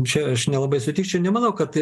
čia aš nelabai sutikčiau nemanau kad